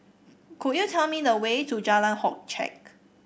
could you tell me the way to Jalan Hock Chye